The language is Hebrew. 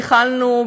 ייחלנו,